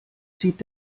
zieht